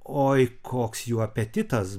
oi koks jų apetitas